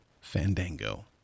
Fandango